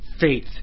faith